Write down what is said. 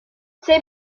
ces